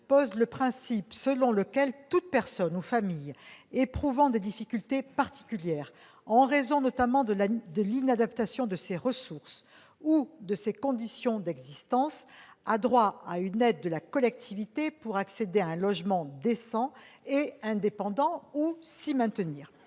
fixe le principe selon lequel « toute personne ou famille éprouvant des difficultés particulières, en raison notamment de l'inadaptation de ses ressources ou de ses conditions d'existence, a droit à une aide de la collectivité pour accéder à un logement décent et indépendant ou s'y maintenir